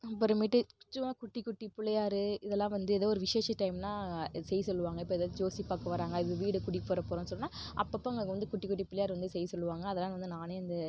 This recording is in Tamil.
அப்புறமேட்டு சும்மா குட்டிக்குட்டி பிள்ளையாரு இதெல்லாம் வந்து ஏதோ ஒரு விசேஷ டைம்னா இது செய்ய சொல்வாங்க இப்போ ஏதாவது ஜோசியம் பார்க்க வர்றாங்க இது வீடு குடி போக போகிறோம் சொன்னால் அப்பப்போ அவங்க வந்து குட்டிக்குட்டி பிள்ளையார் வந்து செய்ய சொல்வாங்க அதெல்லாம் வந்து நானே இந்த